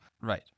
Right